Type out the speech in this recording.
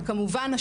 וכמובן,